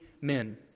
men